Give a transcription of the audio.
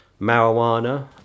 marijuana